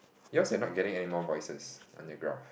yours are not getting anymore voices on the graph